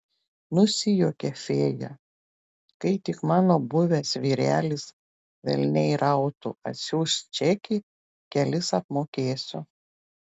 nusijuokė fėja kai tik mano buvęs vyrelis velniai rautų atsiųs čekį kelis apmokėsiu